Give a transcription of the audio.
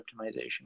optimization